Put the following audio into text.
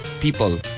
people